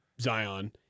Zion